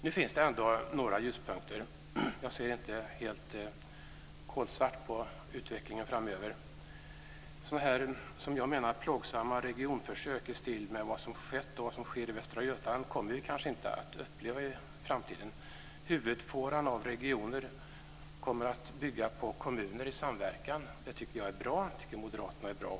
Nu finns det ändå några ljuspunkter. Jag ser inte helt kolsvart på utvecklingen framöver. Plågsamma regionförsök i stil med vad som skett och vad som sker i Västra Götaland kommer vi kanske inte att uppleva i framtiden. Huvudfåran av regioner kommer att bygga på kommuner i samverkan. Det tycker jag och Moderaterna är bra.